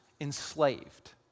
enslaved